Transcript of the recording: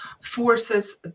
forces